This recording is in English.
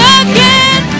again